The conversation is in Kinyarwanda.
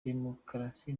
demukarasi